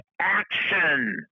action